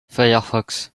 firefox